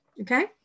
Okay